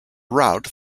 route